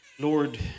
Lord